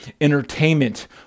entertainment